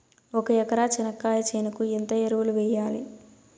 ఒక ఎకరా చెనక్కాయ చేనుకు ఎంత ఎరువులు వెయ్యాలి?